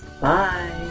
Bye